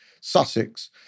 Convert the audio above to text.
sussex